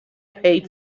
pay